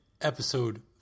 Episode